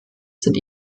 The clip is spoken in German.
sind